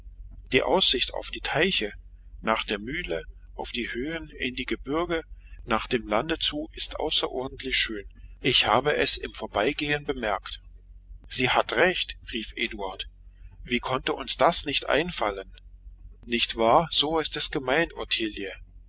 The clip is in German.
die aussicht auf die teiche nach der mühle auf die höhen in die gebirge nach dem lande zu ist außerordentlich schön ich habe es im vorbeigehen bemerkt sie hat recht rief eduard wie konnte uns das nicht einfallen nicht wahr so ist es gemeint